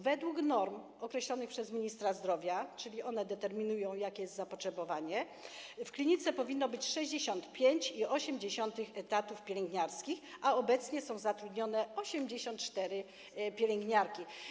Według norm określonych przez ministra zdrowia, a one determinują, jakie jest zapotrzebowanie, w klinice powinno być 65,8% etatów pielęgniarskich, a obecnie są zatrudnione 84 pielęgniarki.